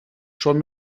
schon